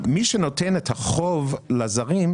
מי שנותן את החוב לזרים,